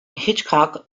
hitchcock